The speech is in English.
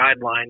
guidelines